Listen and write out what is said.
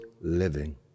living